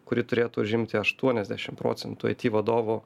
kuri turėtų užimti aštuoniasdešim procentų aiti vadovo